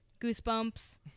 Goosebumps